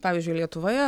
pavyzdžiui lietuvoje